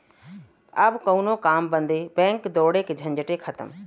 अब कउनो काम बदे बैंक दौड़े के झंझटे खतम